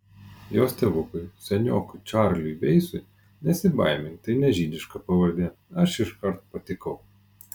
jos tėvukui seniokui čarliui veisui nesibaimink tai ne žydiška pavardė aš iškart patikau